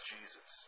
Jesus